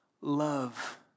love